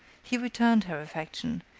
he returned her affection,